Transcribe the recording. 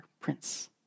Prince